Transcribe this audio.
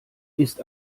ist